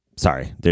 Sorry